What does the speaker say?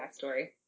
backstory